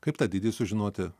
kaip tą didį sužinoti